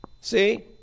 See